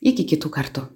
iki kitų kartų